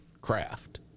craft